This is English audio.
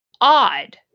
odd